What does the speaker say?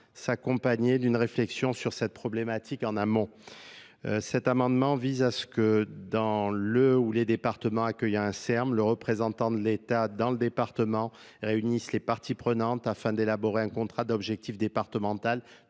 s'accompagner d'une réflexion sur cette problématique en amont Cet amendement vise à ce que, dans l'ee où les départements accueillant un R M le représentant de l'état dans le département réunissent les parties prenantes afin d'élaborer un contrat d'objectif départemental